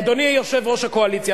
אדוני יושב-ראש הקואליציה,